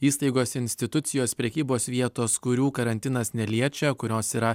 įstaigos institucijos prekybos vietos kurių karantinas neliečia kurios yra